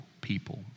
people